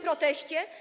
proteście.